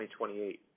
2028